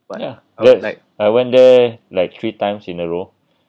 but I went there like three times in a row